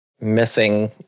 missing